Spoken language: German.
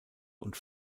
und